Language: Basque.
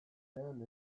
ezean